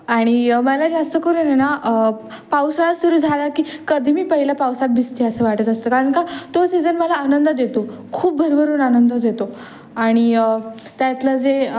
आणि मला जास्तकरून आहे ना पावसाळा सुरू झाला की कधी मी पहिल्या पावसात भिजते असं वाटत असतं कारण का तो सीजन मला आनंद देतो खूप भरभरून आनंद देतो आणि त्यातलं जे